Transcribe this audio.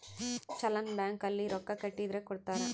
challan bank ಅಲ್ಲಿ ರೊಕ್ಕ ಕಟ್ಟಿದರ ಕೋಡ್ತಾರ